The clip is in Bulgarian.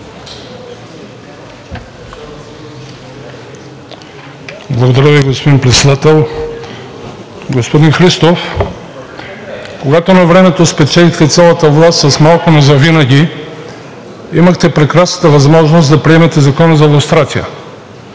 Благодаря Ви, господин Председател. Господин Христов, когато навремето спечелихте цялата власт с малко, но завинаги, имахте прекрасната възможност да приемете Закона за лустрацията,